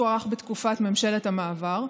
לאחר שהוארך בתקופת ממשלת המעבר,